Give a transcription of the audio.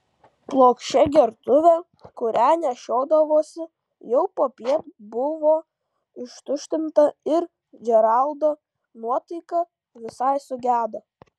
plokščia gertuvė kurią nešiodavosi jau popiet buvo ištuštinta ir džeraldo nuotaika visai sugedo